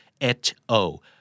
H-O